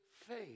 faith